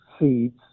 seeds